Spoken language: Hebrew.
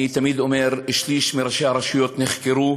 אני תמיד אומר: שליש מראשי הרשויות נחקרו,